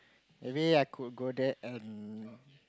maybe I could go there and